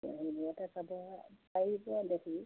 সেইবোৰতে দেখি